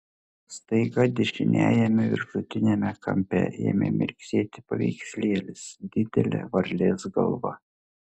staiga dešiniajame viršutiniame kampe ėmė mirksėti paveikslėlis didelė varlės galva